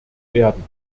werden